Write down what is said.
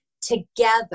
together